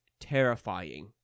terrifying